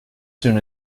soon